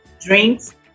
drinks